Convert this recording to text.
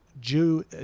jew